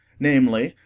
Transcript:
namely,